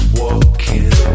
walking